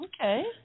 Okay